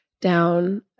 down